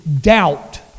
doubt